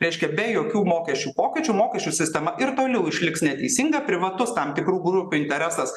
reiškia be jokių mokesčių pokyčių mokesčių sistema ir toliau išliks neteisinga privatus tam tikrų grupių interesas